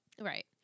Right